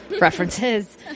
references